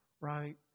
Right